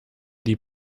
die